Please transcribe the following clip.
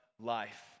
life